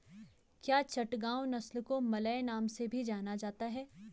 क्या चटगांव नस्ल को मलय नाम से भी जाना जाता है?